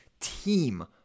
team